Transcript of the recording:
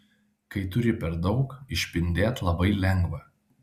kai turi per daug išpindėt labai lengva